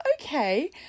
Okay